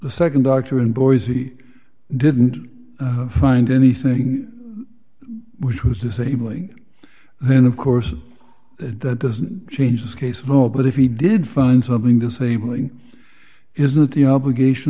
the nd doctor in boise didn't find anything which was disabling then of course that doesn't change his case no but if he did find something disabling is not the obligation